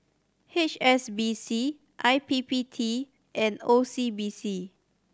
H S B C I P P T and O C B C